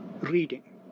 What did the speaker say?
reading